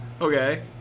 Okay